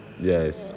yes